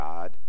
God